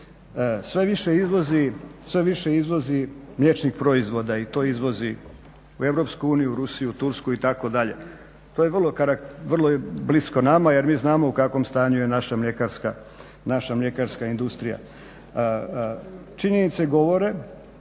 sve više izvozi mliječnih proizvoda i to izvozi u EU, Rusiju, Tursku itd. To je vrlo, vrlo je blisko nama jer mi znamo u kakvom je stanju naša mljekarska industrija. Činjenice govore